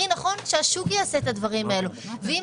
הכי נכון שהשוק יעשה את הדברים האלה ואם